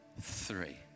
three